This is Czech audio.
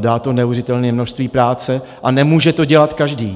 dá to neuvěřitelné množství práce a nemůže to dělat každý.